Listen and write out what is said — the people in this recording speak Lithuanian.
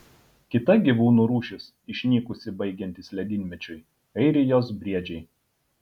kita gyvūnų rūšis išnykusi baigiantis ledynmečiui airijos briedžiai